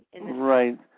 Right